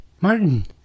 Martin